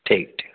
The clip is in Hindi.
ठीक ठीक